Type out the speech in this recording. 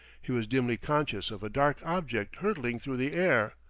he was dimly conscious of a dark object hurtling through the air.